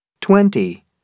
twenty